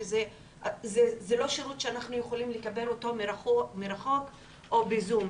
שזה לא שירות שאנחנו יכולים לקבל מרחוק או בזום.